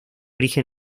origen